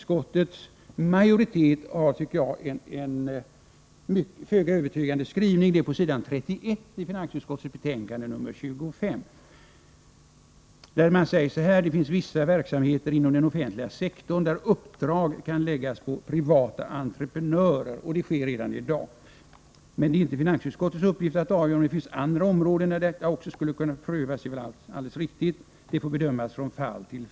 Utskottsmajoriteten har här enligt min mening en föga övertygande skrivning på s. 31 i finansutskottets betänkande nr 25. Man säger: ”Det finns vissa verksamheter inom den offentliga sektorn, där uppdrag kan läggas på privata entreprenörer. Det sker redan i dag. Det är inte finansutskottets uppgift att avgöra om det finns andra områden där det också skulle kunna prövas. Det får bedömas från fall till fall.” Det är väl alldeles riktigt.